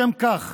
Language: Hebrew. לשם כך